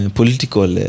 political